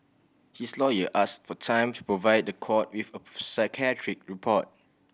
his lawyer asked for time to provide the court with a psychiatric report